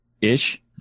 ish